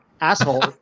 asshole